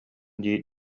дии